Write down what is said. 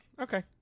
Okay